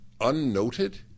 unnoted